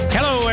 Hello